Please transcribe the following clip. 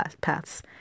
paths